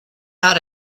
out